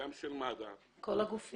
גם של מד"א --- כל הגופים.